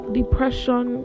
depression